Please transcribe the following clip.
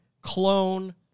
clone